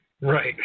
right